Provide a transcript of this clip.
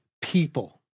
people